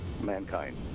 mankind